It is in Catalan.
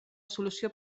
solució